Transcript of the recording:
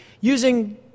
using